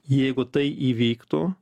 jeigu tai įvyktų